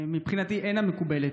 מבחינתי, איננה מקובלת.